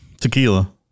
Tequila